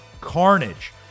carnage